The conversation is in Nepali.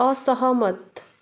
असहमत